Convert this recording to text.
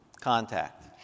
contact